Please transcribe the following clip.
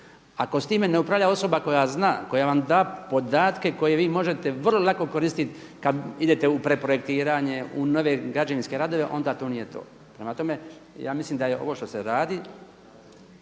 ako s time ne upravlja osoba koja zna, koja vam da podatke koje vi možete vrlo lako koristiti kad idete u pretprojektiranje, u nove građevinske radove, onda to nije to. Prema tome, ja mislim da je ovo što se radi